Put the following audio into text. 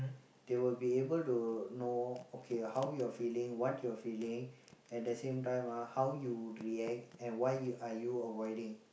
they will be able to know okay how you're feeling what you're feeling at the same time ah how you would react and why you are you avoiding